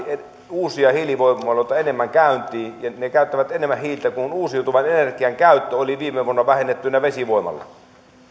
uusia hiilivoimaloita käyntiin ja ne käyttävät enemmän hiiltä kuin uusiutuvan energian käyttö oli viime vuonna vähennettynä vesivoimalla